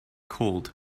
cold